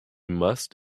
must